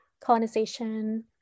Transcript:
colonization